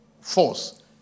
force